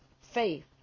faith